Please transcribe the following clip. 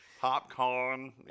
popcorn